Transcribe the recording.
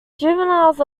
juveniles